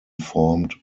formed